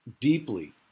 deeply